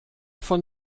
von